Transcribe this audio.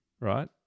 right